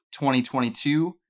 2022